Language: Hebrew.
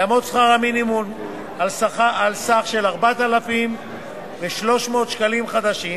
יהיה שכר המינימום סך 4,300 שקלים חדשים,